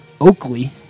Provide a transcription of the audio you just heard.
Oakley